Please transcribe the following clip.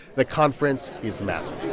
the conference is massive